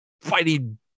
Fighting